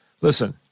listen